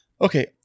Okay